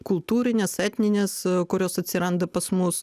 kultūrinės etninės kurios atsiranda pas mus